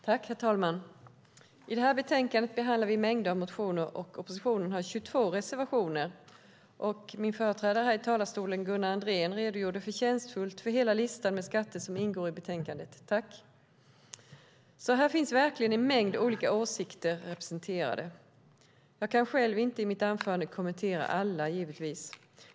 Herr talman! I det här betänkandet behandlar vi mängder av motioner, och oppositionen har 22 reservationer. Min företrädare i talarstolen, Gunnar Andrén, redogjorde förtjänstfullt för hela listan med skatter som ingår i betänkandet. Tack! Här finns alltså verkligen en mängd olika åsikter representerade. Jag kan givetvis inte i mitt anförande kommentera alla.